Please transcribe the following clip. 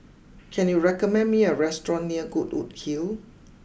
can you recommend me a restaurant near Goodwood Hill